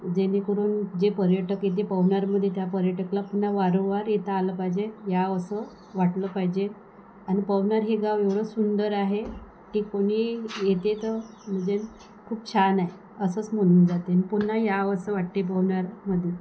जेणेकरून जे पर्यटक येते पवनारमध्ये त्या पर्यटकाला पुन्हा वारंवार येता आलं पाहिजे यावं असं वाटलं पाहिजे आणि पवनार हे गाव एवढं सुंदर आहे की कोणी येते तर म्हणजे खूप छान आहे असंच म्हणून जाते पुन्हा यावं असं वाटते पवनारमध्ये